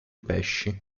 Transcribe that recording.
pesci